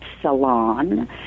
salon